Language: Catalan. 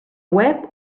web